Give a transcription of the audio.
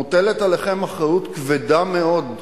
מוטלת עליכם אחריות כבדה מאוד למעשים.